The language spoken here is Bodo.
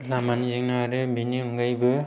लामानि जेंना आरो बेनि अनगायैबो